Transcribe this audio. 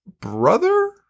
brother